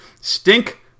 Stink